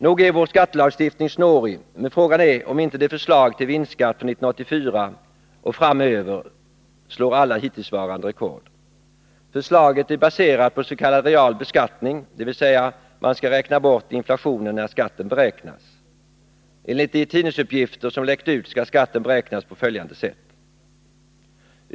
Nog är vår skattelagstiftning snårig, men frågan är om inte förslaget till vinstskatt för 1984 och framöver slår alla hittillsvarande rekord. Förslaget är baserat på s.k. real beskattning, dvs. man skall räkna bort inflationen när skatten beräknas. Enligt de uppgifter som läckt ut till pressen skall skatten beräknas på följande sätt.